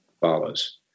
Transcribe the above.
follows